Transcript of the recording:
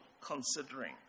considering